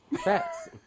Facts